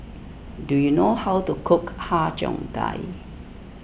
do you know how to cook Har Cheong Gai